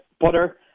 butter